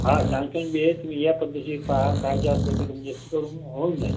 हां सॅमसंग बी आहे तुम्ही या पद्धतशीर पाहा काय जे असेल ते कमी जास्त करून होऊन जाईल